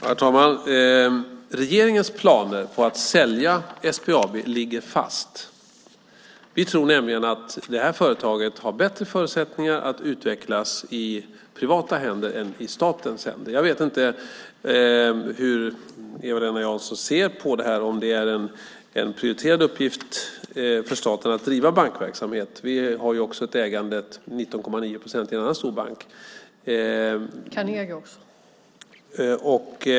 Herr talman! Regeringens planer på att sälja SBAB ligger fast. Vi tror nämligen att det här företaget har bättre förutsättningar att utvecklas i privata händer än i statens händer. Jag vet inte hur Eva-Lena Jansson ser på det här, om det är en prioriterad uppgift för staten att driva bankverksamhet. Vi har ju också ett ägande, 19,9 procent, i en annan stor bank.